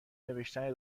نوشتن